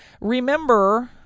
Remember